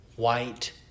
white